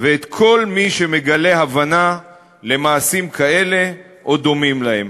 ואת כל מי שמגלה הבנה למעשים כאלה או דומים להם.